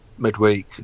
Midweek